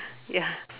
ya